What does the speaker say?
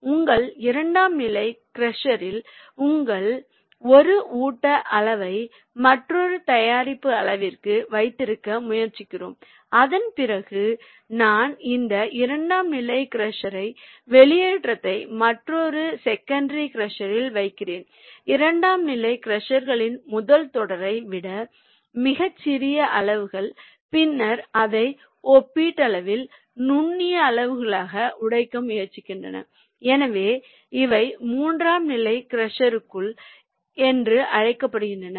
எனவே உங்கள் இரண்டாம் நிலை க்ரஷர்யில் உங்களின் ஒரு ஊட்ட அளவை மற்றொரு தயாரிப்பு அளவிற்கு வைத்திருக்க முயற்சிக்கிறோம் அதன் பிறகு நான் அந்த இரண்டாம் நிலை க்ரஷர் வெளியேற்றத்தை மற்றொரு செகண்டரி க்ரஷரில் வைக்கிறேன் இரண்டாம் நிலை க்ரஷர்களின் முதல் தொடரை விட மிகச் சிறிய அளவுகள் பின்னர் அதை ஒப்பீட்டளவில் நுண்ணிய அளவுகளாக உடைக்க முயற்சிக்கின்றன எனவே இவை மூன்றாம் நிலை க்ரஷ் குகள் என்று அழைக்கப்படுகின்றன